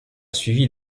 suivi